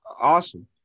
Awesome